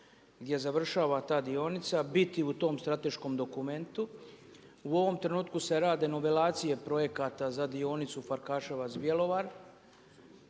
gdje završava ta dionica biti u tom strateškom dokumentu. U ovom trenutku se rade novelacije projekata za dionicu Farkaševac-Bjelovar